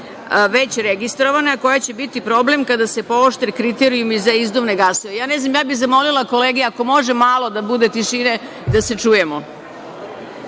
već registrovana, koja će biti problem kada se pooštre kriterijumi za izduvne gasove. Ja bih zamolila kolege da bude malo tišine, da se čujemo.